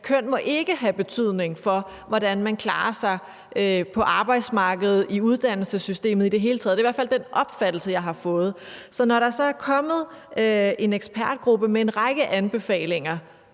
køn ikke må have betydning for, hvordan man klarer sig på arbejdsmarkedet og i uddannelsessystemet i det hele taget. Det er i hvert fald den opfattelse, jeg har fået. Så når der så er kommet en ekspertgruppe med en række anbefalinger